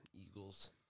eagles